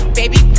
baby